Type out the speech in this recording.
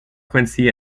quincy